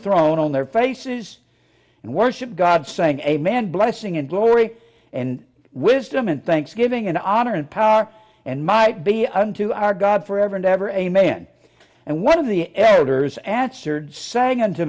throne on their faces and worship god saying a man blessing and glory and wisdom and thanksgiving and honor and power and might be unto our god forever and ever amen and one of the elders an